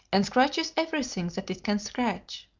and scratches everything that it can scratch.